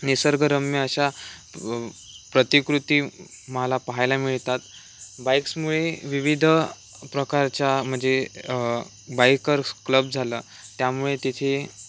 निसर्गरम्य अशा प्रतिकृती मला पाहायला मिळतात बाईक्समुळे विविध प्रकारच्या म्हणजे बायकर्स क्लब झालं त्यामुळे तिथे